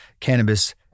cannabis